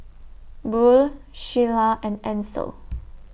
Buell Sheila and Ancel